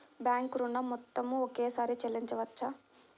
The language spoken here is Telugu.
బ్యాంకు ఋణం మొత్తము ఒకేసారి చెల్లించవచ్చా?